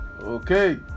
Okay